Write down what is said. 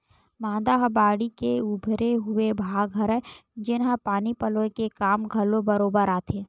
मांदा ह बाड़ी के उभरे हुए भाग हरय, जेनहा पानी पलोय के काम घलो बरोबर आथे